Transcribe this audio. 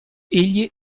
egli